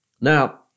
Now